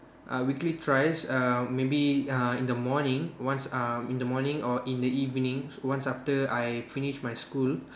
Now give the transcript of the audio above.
uh weekly thrice uh maybe uh in the morning once uh in the morning or in the evenings once after I finish my school